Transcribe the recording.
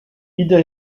ieder